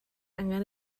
angen